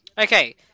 Okay